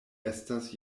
estas